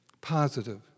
positive